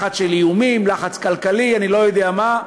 לחץ של איומים, לחץ כלכלי, אני לא יודע מה.